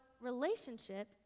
relationship